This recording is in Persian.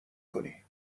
کنی